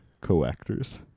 co-actors